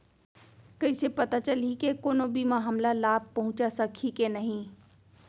कइसे पता चलही के कोनो बीमा हमला लाभ पहूँचा सकही के नही